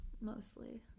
mostly